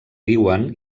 diuen